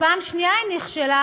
פעם שנייה היא נכשלה,